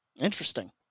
Interesting